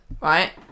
right